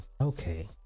okay